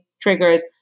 triggers